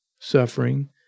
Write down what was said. suffering